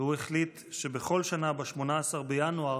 והוא החליט שבכל שנה ב-18 בינואר,